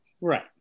right